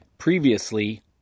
previously